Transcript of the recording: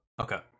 Okay